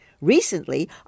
Recently